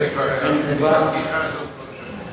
את הבדיחה הזאת כבר שמעו.